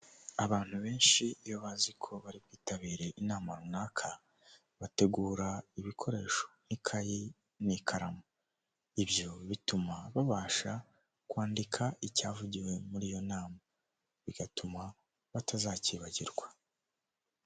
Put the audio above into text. Umugabo w'imisatsi migufiya w'inzobe ufite ubwanwa bwo hejuru wambaye umupira wo kwifubika urimo amabara atandukanye ubururu, umweru n'umukara wambariyemo ishati, araburanishwa.